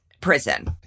prison